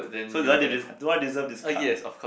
so do I de~ de~ do I deserve this card